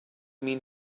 mean